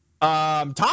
Tom